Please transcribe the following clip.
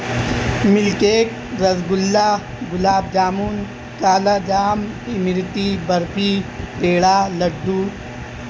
ملک cake rasgulla gulab jamun kala jam imarti barfi peda لڈو